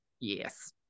Yes